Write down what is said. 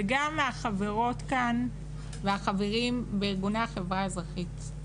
וגם מהחברות כאן ומהחברים בארגוני החברה האזרחית.